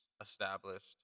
established